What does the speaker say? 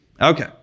Okay